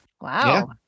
Wow